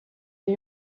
new